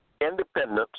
independence